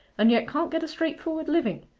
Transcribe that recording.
and yet can't get a straightforward living.